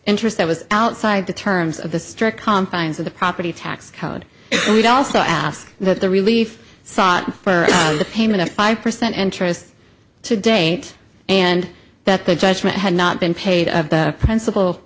interest that was outside the terms of the strict confines of the property tax code we'd also ask that the relief sought for the payment of five percent interest to date and that the judgment had not been paid of the princip